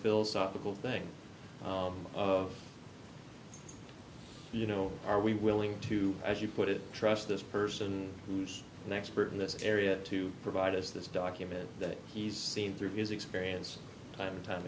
philosophical thing of you know are we willing to as you put it trust this person who's an expert in this area to provide us this document that he's seen through his experience time and time